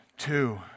Two